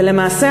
ולמעשה,